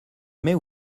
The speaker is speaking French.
mais